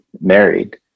married